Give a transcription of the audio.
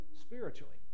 spiritually